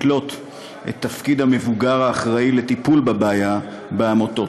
אסור לנו לתלות את תפקיד המבוגר האחראי לטיפול בבעיה בעמותות.